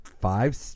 five